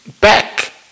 back